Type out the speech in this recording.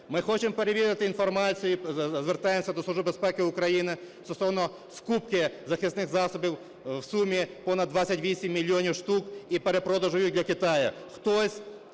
Ми хочемо перевірити інформацію, звертаємося до Служби безпеки України, стосовно скупки захисних засобів в сумі понад 28 мільйонів штук і перепродажу їх для Китаю.